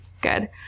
good